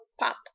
pop